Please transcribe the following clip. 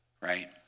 right